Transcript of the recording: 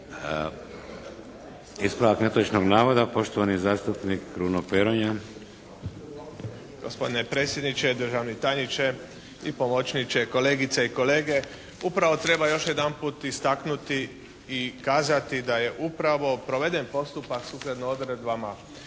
Ispravak netočnog navoda poštovani zastupnik Kruno Peronja. **Peronja, Kruno (HDZ)** Gospodine predsjedniče, državni tajniče i pomočniće. Kolegice i kolege. Upravo treba još jedanput istaknuti i kazati da je upravo proveden postupak sukladno odredbama 11.